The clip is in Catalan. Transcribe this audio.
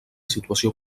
situació